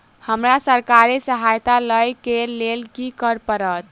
हमरा सरकारी सहायता लई केँ लेल की करऽ पड़त?